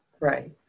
Right